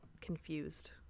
confused